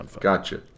gotcha